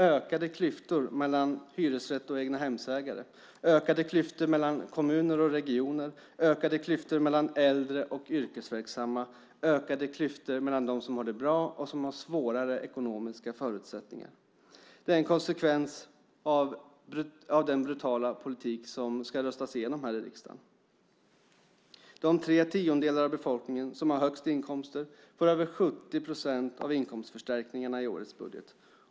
Ökade klyftor mellan boende i hyresrätt och egnahemsägare, ökade klyftor mellan kommuner och regioner, ökade klyftor mellan äldre och yrkesverksamma, ökade klyftor mellan dem som har det bra och dem som har svårare ekonomiska förutsättningar är konsekvenserna av den brutala politik som ska röstas igenom här i riksdagen. De tre tiondelar av befolkningen som har högst inkomster får över 70 procent av inkomstförstärkningarna i årets budget.